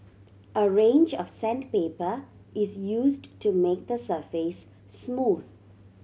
a range of sandpaper is used to make the surface smooth